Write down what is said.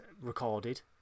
recorded